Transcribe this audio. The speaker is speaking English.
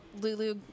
Lulu